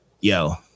yo